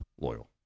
loyal